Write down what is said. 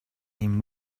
him